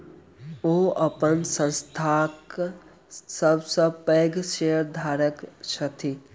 ओ अपन संस्थानक सब सॅ पैघ शेयरधारक छथि